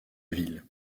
ville